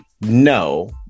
no